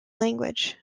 language